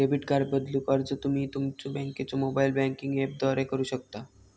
debit card बदलूक अर्ज तुम्ही तुमच्यो बँकेच्यो मोबाइल बँकिंग ऍपद्वारा करू शकता